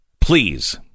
Please